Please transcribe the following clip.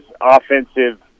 offensive